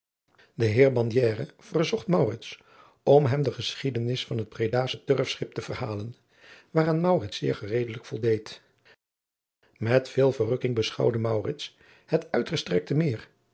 de heer bandiere verzocht maurits om hem de geschiedenis van het bredasche turfschip te verhalen waaraan maurits zeer gereedelijk voldeed met veel verrukking beschouwde maurits het uitgestrekte meer